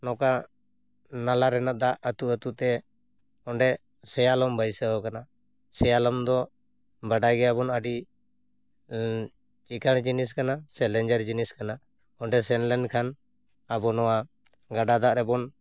ᱱᱚᱝᱠᱟ ᱱᱟᱞᱟ ᱨᱮᱱᱟᱜ ᱫᱟᱜ ᱟᱹᱛᱩ ᱟᱹᱛᱩ ᱛᱮ ᱚᱸᱰᱮ ᱥᱮᱭᱟᱞᱚᱢ ᱵᱟᱹᱭᱥᱟᱹᱣ ᱟᱠᱟᱱᱟ ᱥᱮᱭᱟᱞᱚᱢ ᱫᱚ ᱵᱟᱰᱟᱭ ᱜᱮᱭᱟᱵᱚᱱ ᱟᱹᱰᱤ ᱪᱤᱠᱟᱹᱲ ᱡᱤᱱᱤᱥ ᱠᱟᱱᱟ ᱥᱮ ᱞᱮᱡᱮᱨ ᱡᱤᱱᱤᱥ ᱠᱟᱱᱟ ᱚᱸᱰᱮ ᱥᱮᱱ ᱞᱮᱱᱠᱷᱟᱱ ᱟᱵᱚ ᱱᱚᱣᱟ ᱜᱟᱰᱟ ᱫᱟᱜ ᱨᱮᱵᱚᱱ